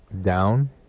Down